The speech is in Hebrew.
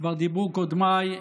כבר דיברו קודמיי.